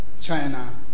China